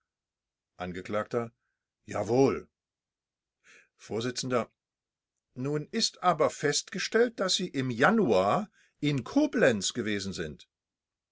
angekl jawohl vors nun ist aber festgestellt daß sie im januar in koblenz gewesen sind